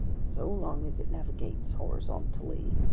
so long as it navigates horizontally,